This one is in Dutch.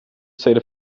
steden